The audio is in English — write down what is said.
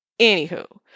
Anywho